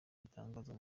bitangazwa